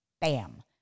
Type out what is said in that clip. Bam